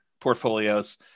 portfolios